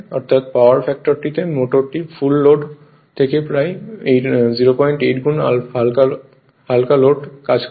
অর্থাৎ পাওয়ার ফ্যাক্টরটিতে মোটরটি ফুল লোড থেকে প্রায় 08 গুন হালকা লোডে কাজ করে